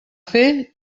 fer